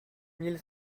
mille